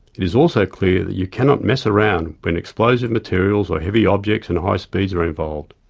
it is also clear that you cannot mess around when explosive materials or heavy objects and high speeds are involved.